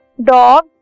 Dog